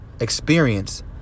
experience